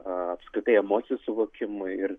apskritai emocijų suvokimui ir